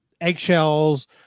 eggshells